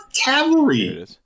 cavalry